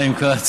אוקיי.